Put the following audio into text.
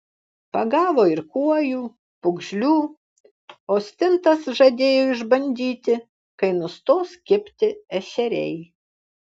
pagavo ir kuojų pūgžlių o stintas žadėjo išbandyti kai nustos kibti ešeriai